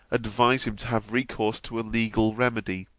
advise him to have recourse to a legal remedy